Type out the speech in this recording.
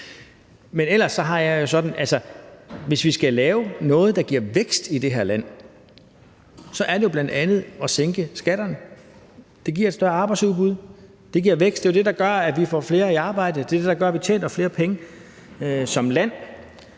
en helt anden diskussion. Men hvis vi skal lave noget, der giver vækst i der her land, så er det jo bl.a. at sænke skatterne. Det giver et større arbejdsudbud. Det giver vækst. Det er jo det, der gør, at vi får flere i arbejde. Det er det, der gør, at vi tjener flere penge som land.